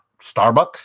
Starbucks